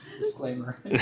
Disclaimer